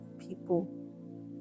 people